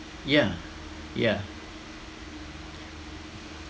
yeah yeah